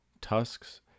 tusks